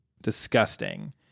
disgusting